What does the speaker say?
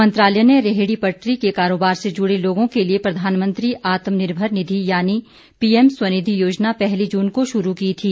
मंत्रालय ने रेहड़ी पटरी के कारोबार से जुडे लोगो के लिए प्रधानमंत्री आत्मनिर्भर निधि यानि पीएम स्वनिधि योजना पहली जून को शुरू की थी